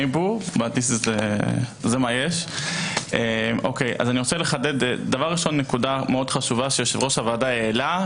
אני רוצה לחדד נקודה חשובה שהעלה יושב-ראש הוועדה.